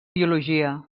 biologia